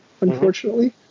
unfortunately